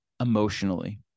emotionally